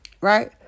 Right